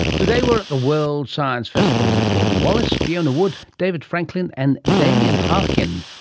today we're at the world science festival with gordon wallace, fiona wood, david franklin and damien harkin,